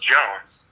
Jones